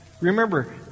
Remember